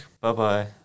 Bye-bye